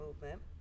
movement